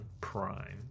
Prime